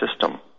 system